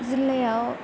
जिल्लायाव